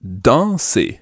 danser